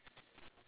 ya